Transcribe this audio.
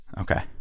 Okay